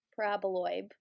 paraboloid